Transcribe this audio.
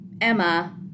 Emma